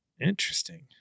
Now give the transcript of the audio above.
Interesting